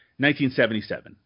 1977